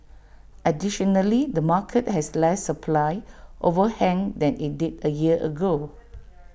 additionally the market has less supply overhang than IT did A year ago